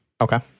okay